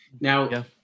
Now